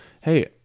hey